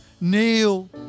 kneel